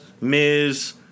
Miz